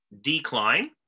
decline